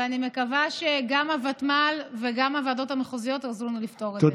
אני מקווה שגם הוותמ"ל וגם הוועדות המחוזיות יעזרו לנו לפתור את זה.